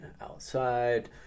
outside